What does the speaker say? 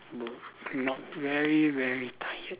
no not very very tired